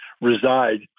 reside